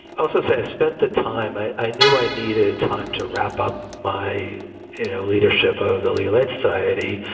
also said spent the time i i knew i needed time to wrap up my you know leadership ah of the legal aid society.